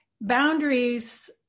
boundaries